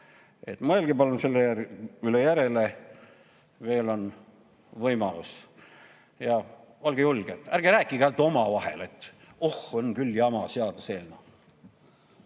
Mõelge palun selle üle järele. Veel on võimalus. Ja olge julged, ärge rääkige ainult omavahel, et oh, on küll jama seaduseelnõu.